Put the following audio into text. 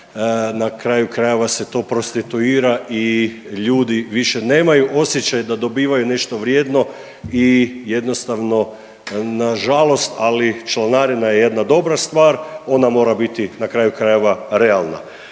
na kraju krajeva se to prostituira i ljudi više nemaju osjećaj da dobivaju nešto vrijedno i jednostavno na žalost ali članarina je jedna dobra stvar. Ona mora biti na kraju krajeva realna.